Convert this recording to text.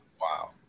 Wow